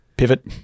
Pivot